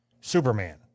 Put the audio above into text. Superman